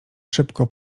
szybko